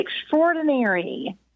extraordinary